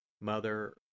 Mother